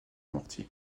mortier